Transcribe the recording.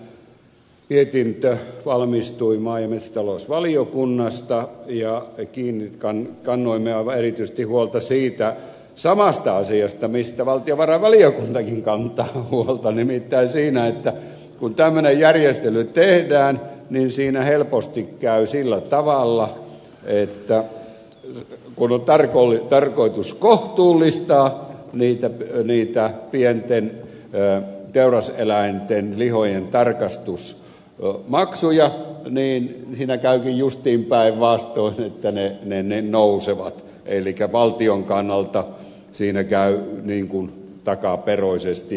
siinä mietintö valmistui maa ja metsätalousvaliokunnasta ja kannoimme aivan erityisesti huolta siitä samasta asiasta mistä valtiovarainvaliokuntakin kantaa huolta nimittäin siitä että kun tämmöinen järjestely tehdään siinä helposti käy sillä tavalla että kun on tarkoitus kohtuullistaa pienten teuraseläinten lihojen tarkastusmaksuja niin siinä käykin justiin päinvastoin että ne nousevat elikkä valtion kannalta siinä käy takaperoisesti ja väärin päin